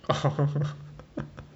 oh